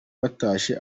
batashye